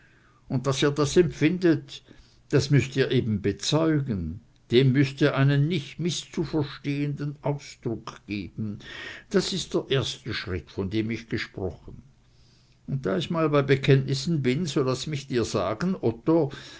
und daß ihr das empfindet das müßt ihr eben bezeugen dem müßt ihr einen nicht mißzuverstehenden ausdruck geben das ist der erste schritt von dem ich gesprochen und da ich mal bei bekenntnissen bin so laß mich dir sagen otto